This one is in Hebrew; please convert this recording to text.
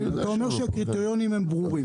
אתה אומר שהקריטריונים ברורים.